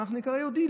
אנחנו ניקרא יהודים,